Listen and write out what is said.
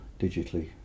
digitally